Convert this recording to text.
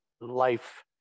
life